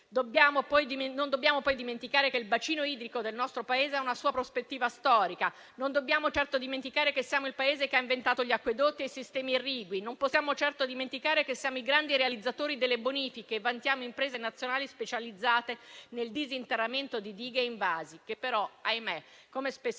Non dobbiamo poi dimenticare che il bacino idrico del nostro Paese ha una sua prospettiva storica. Non dobbiamo certo dimenticare che siamo il Paese che ha inventato gli acquedotti e i sistemi irrigui. Come non possiamo dimenticare che siamo i grandi realizzatori delle bonifiche; vantiamo imprese nazionali specializzate nel disinterramento di dighe e invasi, che, però - ahimè - come spesso